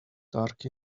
dark